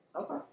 Okay